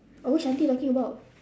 oh which aunty you talking about